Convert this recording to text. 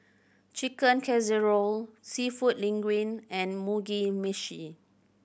Chicken Casserole Seafood Linguine and Mugi Meshi